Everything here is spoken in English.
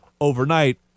overnight